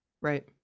right